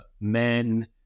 men